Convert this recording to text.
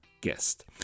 guest